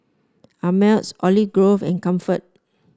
Ameltz Olive Grove and Comfort